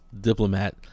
diplomat